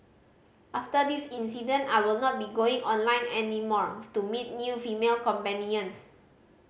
after this incident I will not be going online any more to meet new female companions